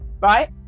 right